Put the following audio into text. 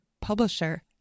publisher